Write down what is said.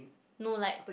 no like